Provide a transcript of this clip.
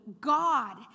God